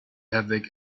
havoc